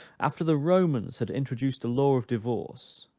after the romans had introduced a law of divorce,